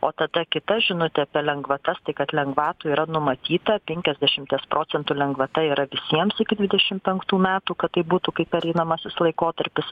o tada kita žinutė apie lengvatas tai kad lengvatų yra numatyta penkiasdešimties procentų lengvata yra visiems iki dvidešim penktų metų kad tai būtų kaip pereinamasis laikotarpis